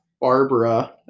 Barbara